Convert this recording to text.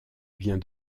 vient